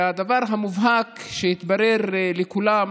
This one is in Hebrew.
הדבר המובהק שהתברר לכולם